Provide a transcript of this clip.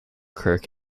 kirk